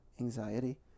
Anxiety